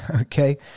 okay